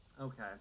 Okay